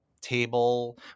table